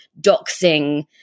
doxing